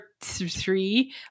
three